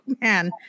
man